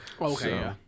Okay